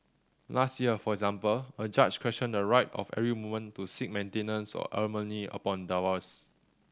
last year for example a judge questioned the right of every woman to seek maintenance or alimony upon divorce